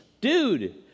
dude